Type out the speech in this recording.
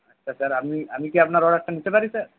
আচ্ছা স্যার আমি আমি কি আপনার অর্ডারটা নিতে পারি স্যার